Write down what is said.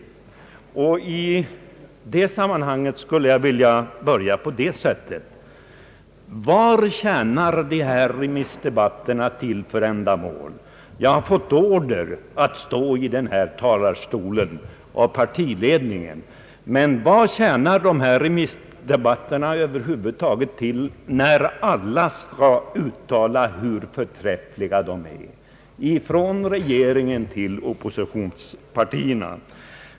I det sammanhanget skulle jag vilja börja på detta sätt: Vilket ändamål har egentligen de här remissdebatterna? Jag har fått order av partiledningen att stå i denna talarstol, men vad tjänar dessa remissdebatter över huvud taget till när alla skall uttala hur förträffliga de själva är — från regeringen och till oppositionspartierna.